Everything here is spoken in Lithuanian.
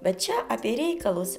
bet čia apie reikalus